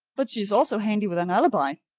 but she is also handy with an alibi!